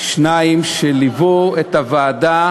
שניים שליוו את הוועדה,